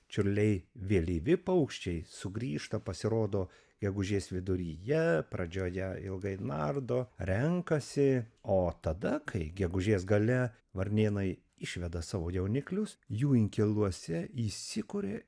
čiurliai vėlyvi paukščiai sugrįžta pasirodo gegužės viduryje pradžioje ilgai nardo renkasi o tada kai gegužės gale varnėnai išveda savo jauniklius jų inkiluose įsikuria